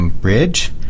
Bridge